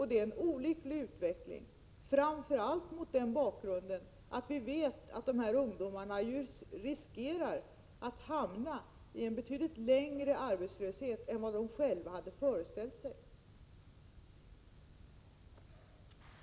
Det är en olycklig utveckling, framför allt mot bakgrund av att dessa ungdomar riskerar att hamna i en betydligt längre arbetslöshet än de själva hade föreställt sig.